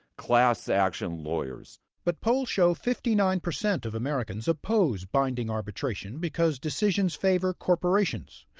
class-action lawyers but polls show fifty nine percent of americans oppose binding arbitration because decisions favor corporations.